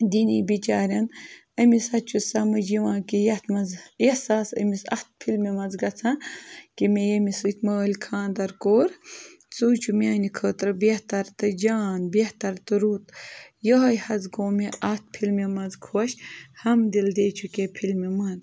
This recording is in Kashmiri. دِنی بِچارٮ۪ن أمِس حظ چھُ سَمٕجھ یِوان کہِ یَتھ منٛز احساس أمِس اَتھ فِلمہِ منٛز گژھان کہِ مےٚ ییٚمِس سۭتۍ مٲلۍ خانٛدَر کوٚر سُے چھُ میٛانہِ خٲطرٕ بہتَر تہٕ جان بہتَر تہٕ رُت یِہوٚے حظ گوٚو مےٚ اَتھ فِلمہِ منٛز خۄش ہَم دِل دے چُکے فِلمہِ منٛز